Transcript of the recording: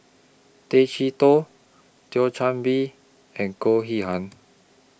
Tay Chee Toh Thio Chan Bee and Goh Yihan